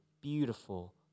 beautiful